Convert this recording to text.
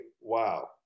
wow